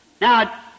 Now